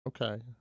Okay